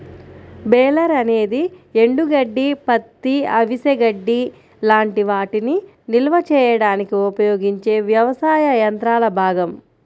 baler అనేది ఎండుగడ్డి, పత్తి, అవిసె గడ్డి లాంటి వాటిని నిల్వ చేయడానికి ఉపయోగించే వ్యవసాయ యంత్రాల భాగం